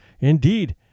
Indeed